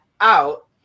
out